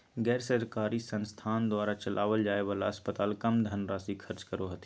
गैर सरकारी संस्थान द्वारा चलावल जाय वाला अस्पताल कम धन राशी खर्च करो हथिन